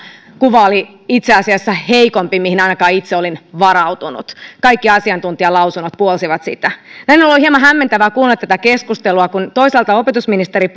kuva oli heikko se oli itse asiassa heikompi kuin mihin ainakaan itse olin varautunut kaikki asiantuntijalausunnot puolsivat sitä näin ollen on hieman hämmentävää kuunnella tätä keskustelua kun toisaalta opetusministeri